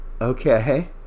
Okay